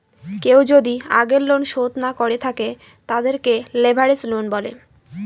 কেউ যদি আগের লোন শোধ না করে থাকে, তাদেরকে লেভেরাজ লোন বলে